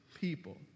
people